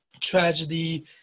tragedy